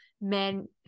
men